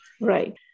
Right